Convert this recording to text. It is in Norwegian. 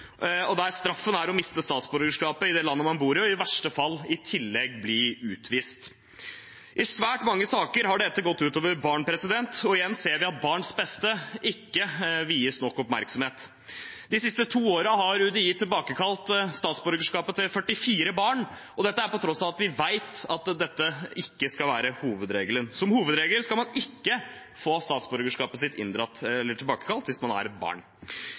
der straffen er å miste statsborgerskapet i landet man bor i, og i verste fall i tillegg bli utvist. I svært mange saker har dette gått ut over barn, og igjen ser vi at barns beste ikke vies nok oppmerksomhet. De siste to årene har UDI tilbakekalt statsborgerskapet til 44 barn til tross for at vi vet at dette ikke skal være hovedregelen. Som hovedregel skal man ikke få statsborgerskapet sitt inndratt, eller tilbakekalt, hvis man er barn.